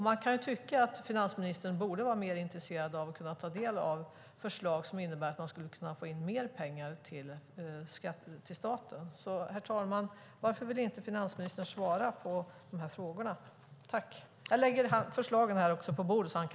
Man kan tycka att finansministern borde vara mer intresserad av att ta del av förslag som innebär att man kan få in mer pengar till staten. Herr talman! Varför vill inte finansministern svara på frågorna?